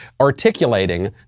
articulating